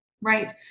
Right